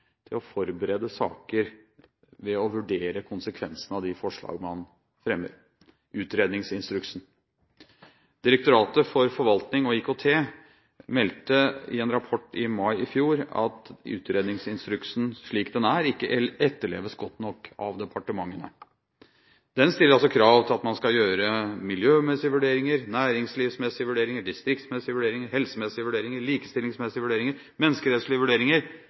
til å forberede saker ved å vurdere konsekvensene av de forslagene man fremmer – utredningsinstruksen. Direktoratet for forvaltning og IKT meldte i en rapport i mai i fjor at utredningsinstruksen slik den er, ikke etterleves godt nok av departementene. Den stiller krav til at man skal gjøre miljømessige, næringslivsmessige, distriktsmessige, helsemessige, likestillingsmessige og menneskerettslige vurderinger